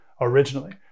originally